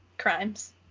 crimes